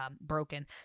broken